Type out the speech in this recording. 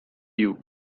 you